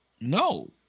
No